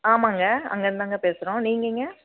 ஆமாம்ங்க அங்கேந்துதாங்க பேசுகிறோம் நீங்கங்க